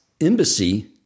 embassy